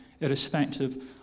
irrespective